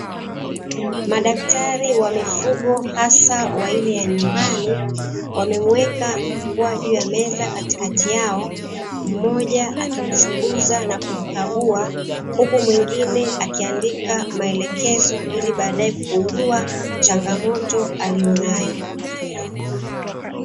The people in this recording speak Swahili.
Madaktari wa mifugo hasa wa ile ya nyumbani wameweka mbwa juu ya meza katikati yao mmoja akimchunguza na kumkagua huku mwingine akiandika maelezo aliyonayo.